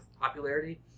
popularity